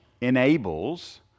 enables